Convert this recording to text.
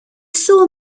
saw